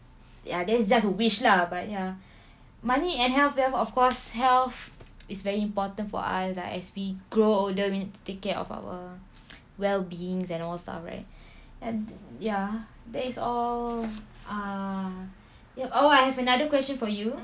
ya that's just a wish lah but ya money and health health of course health is very important for us lah as we grow older we need to take care of our well beings and all stuff right and ya that is all ah ya oh I have another question for you